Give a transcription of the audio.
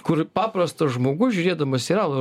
kur paprastas žmogus žiūrėdamas serialą